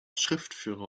schriftführer